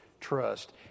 trust